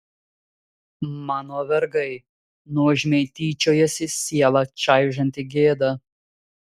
mano vergai nuožmiai tyčiojasi sielą čaižanti gėda